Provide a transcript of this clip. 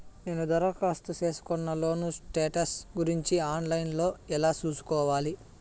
నేను దరఖాస్తు సేసుకున్న లోను స్టేటస్ గురించి ఆన్ లైను లో ఎలా సూసుకోవాలి?